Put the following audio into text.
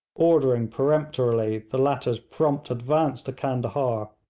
ordering peremptorily the latter's prompt advance to candahar,